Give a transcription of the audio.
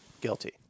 guilty